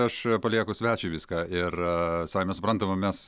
aš palieku svečiui viską ir savaime suprantama mes